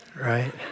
right